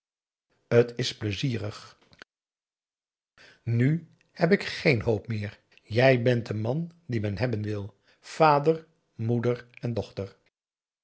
t is pleizierig nu heb ik geen hoop meer jij bent de man die men hebben wil vader moeder en dochter